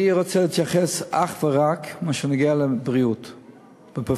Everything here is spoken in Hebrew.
אני רוצה להתייחס אך ורק למה שנוגע לבריאות בפריפריה.